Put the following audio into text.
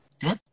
Good